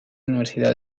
universidad